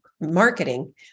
marketing